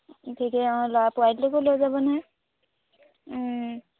ঠিকেই অঁ ল'ৰা পোৱালিটোকো লৈ যাব নহয়